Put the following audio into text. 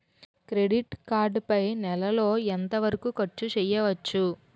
Credit card పై నెల లో ఎంత వరకూ ఖర్చు చేయవచ్చు?